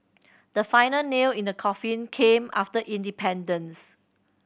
the final nail in the coffin came after independence